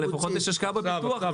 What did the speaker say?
לפחות יש השקעה עכשיו.